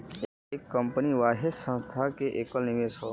एक कंपनी वाहे संस्था के कएल निवेश हौ